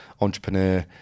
Entrepreneur